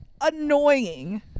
annoying